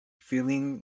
feeling